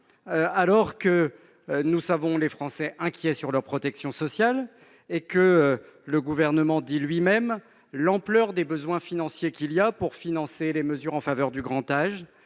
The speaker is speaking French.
même que nous savons les Français inquiets pour leur protection sociale et que le Gouvernement reconnaît lui-même l'ampleur des besoins pour financer les mesures en faveur du grand âge,